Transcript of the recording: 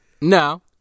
No